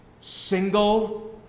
single